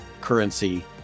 currency